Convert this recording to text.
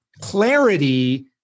clarity